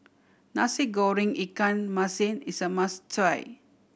Nasi Goreng ikan masin is a must try